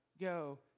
go